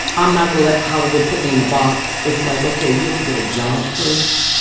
i'm not going to let hollywood put me in a box. it's like, ok, you have to get a job first